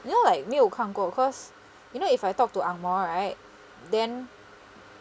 you know like 没有看过 cause you know if I talked to ang moh right then